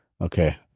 Okay